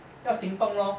要行动 lor